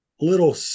little